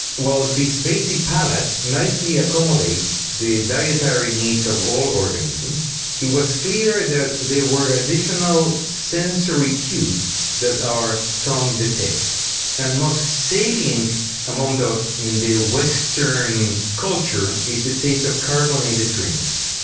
while this basic palate nicely accommodates the dietary needs of all organisms it was clear that there were additional sensory cues that our tongue detects and most salient among those in the western culture is the taste of carbonated drinks.